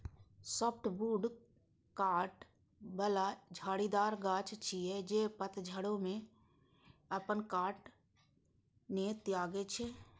softwood कांट बला झाड़ीदार गाछ छियै, जे पतझड़ो मे अपन कांट नै त्यागै छै